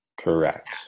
Correct